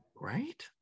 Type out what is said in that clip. Right